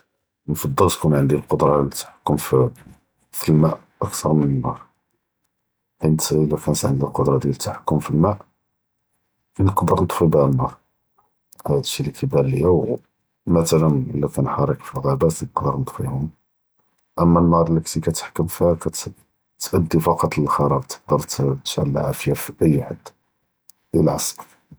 נְפַדֶּל תְּכּוּן עַנְדִי אֶלְקֻדְרָה עַלָא אֶתְּחַכּוּם פִּלְמָא אַכְּתַר מִן אֶנְנַאר، חִית לָא כָּאנֶת עַנְדִי אֶלְקֻדְרָה דִיָאל אֶתְּחַכּוּם פִּלְמָא נְקְדֶר נְטְפִּי בִּיהָא אֶנְנַאר، וְהָאד אֶשִּׁי לִי כָּאיְבַּאן לִיָּא, וּמִתְ'לָאן אִלָּא כָּאן חַרִיק פִּלְעַ'אבַּאת נְקְדֶר נְטְפִּיהוּם, אַמָּא אֶנְנַאר אִלָּא כֻּנְת כָּאתְּתְחַכְּם פִּיהָא כַּתְּאָדִי פַקַט לִלְחְ'רַאבּ, תְּבְּקָא תְּשַׁעֵּל אֶלְעָאפִיָּה פִּי אַיְּ חַד.